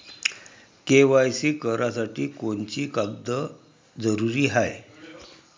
KYC करासाठी कोनची कोनची कागद जरुरी हाय?